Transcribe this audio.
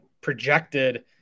projected